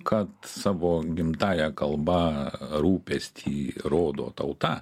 kad savo gimtąja kalba rūpestį rodo tauta